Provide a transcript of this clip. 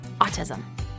autism